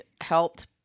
helped